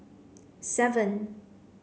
seven